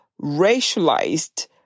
racialized